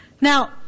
Now